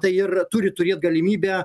tai ir turi turėt galimybę